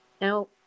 Now